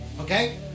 Okay